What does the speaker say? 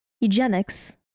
Eugenics